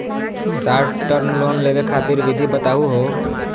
Short term loan लेवे खातीर विधि बताहु हो?